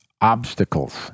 obstacles